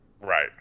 Right